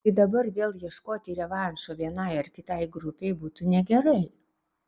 tai dabar vėl ieškoti revanšo vienai ar kitai grupei būtų negerai